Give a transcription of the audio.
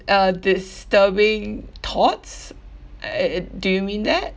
uh disturbing thoughts uh uh do you mean that